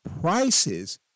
prices—